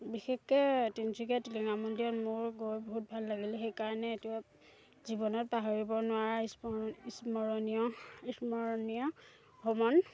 বিশেষকৈ তিনিচুকীয়া টিলিঙা মন্দিৰত মোৰ গৈ বহুত ভাল লাগিলে সেইকাৰণে এইটো জীৱনত পাহৰিব নোৱাৰা ইস্ম স্মৰণীয় স্মৰণীয় ভ্ৰমণ